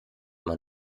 man